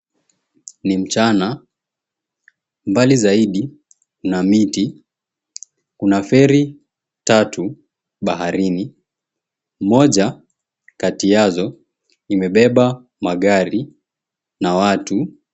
Ni mchana, mbali zaidi kuna miti, kuna feri tatu baharini. Moja kati yazo imebeba magari na watu.